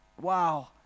Wow